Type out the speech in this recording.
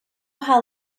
how